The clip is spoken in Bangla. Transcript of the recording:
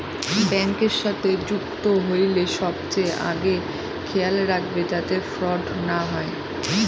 ব্যাঙ্কের সাথে যুক্ত হইলে সবচেয়ে আগে খেয়াল রাখবে যাতে ফ্রড না হয়